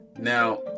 Now